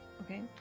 okay